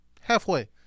Halfway